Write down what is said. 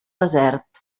desert